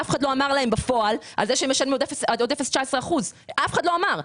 אף אחד לא אמר להם בפועל שהם משלמים עד עוד 0.19%. אף אחד לא אמר.